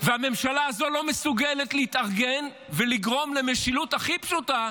והממשלה הזו לא מסוגלת להתארגן ולגרום למשילות הכי פשוטה: